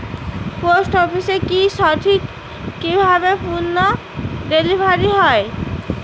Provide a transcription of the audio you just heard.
Post অফিসে কি সঠিক কিভাবে পন্য ডেলিভারি হয়?